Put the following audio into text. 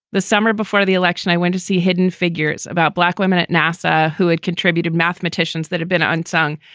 the summer before the election, i went to see hidden figures about black women at nasa who had contributed mathematicians that had been unsung.